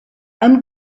amb